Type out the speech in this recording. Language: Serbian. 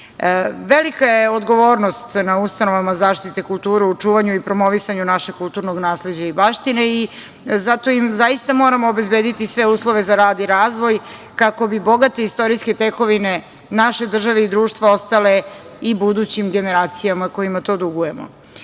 nameće. Velika je odgovornost na ustanovama zaštite kulture u čuvanju i promovisanju našeg kulturnog nasleđa i baštine, zato im zaista moramo obezbediti sve uslove za rad i razvoj kako bi bogate istorijske tekovine naše države i društva ostale i budućim generacijama kojima to dugujemo. Stvaranje